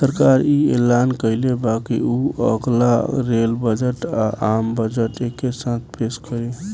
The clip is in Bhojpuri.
सरकार इ ऐलान कइले बा की उ अगला रेल बजट आ, आम बजट एके साथे पेस करी